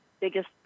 biggest